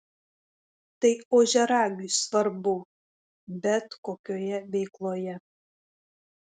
tai ožiaragiui svarbu bet kokioje veikloje